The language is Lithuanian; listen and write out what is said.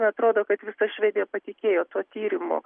man atrodo kad visa švedija patikėjo tuo tyrimu